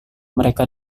mereka